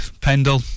Pendle